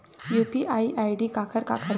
UPI ID काखर काखर बनथे?